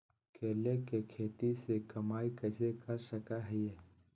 केले के खेती से कमाई कैसे कर सकय हयय?